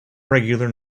regular